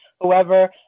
whoever